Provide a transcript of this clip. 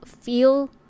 feel